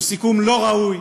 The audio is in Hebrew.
הוא סיכום לא ראוי,